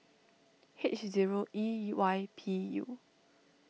H zero E Y P U